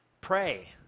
pray